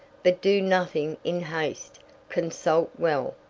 but do nothing in haste consult well,